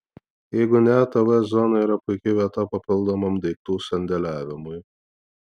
jeigu ne tv zona yra puiki vieta papildomam daiktų sandėliavimui